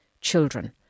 children